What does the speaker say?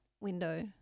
window